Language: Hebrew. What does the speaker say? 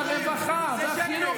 שמקדמת,